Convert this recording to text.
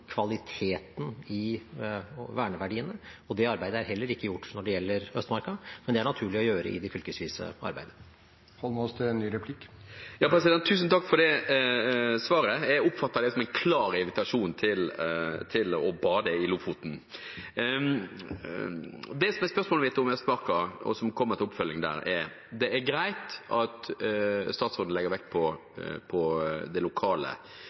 kvaliteten i verneverdiene, og det arbeidet er heller ikke gjort når det gjelder Østmarka, men det er det naturlig å gjøre i de fylkesvise arbeidene. Tusen takk for det svaret. Jeg oppfatter det som en klar invitasjon til å bade i Lofoten. Et oppfølgingsspørsmål om Østmarka: Det er greit at statsråden legger vekt på det lokale i forbindelse med opprettelse av nasjonalpark, og jeg er helt enig med statsråden i det paradoksale i situasjonen, at